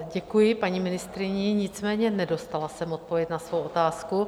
Děkuji paní ministryni, nicméně jsem nedostala odpověď na svou otázku.